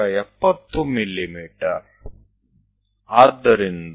તો ચાલો આપણે 70 mm દોરીએ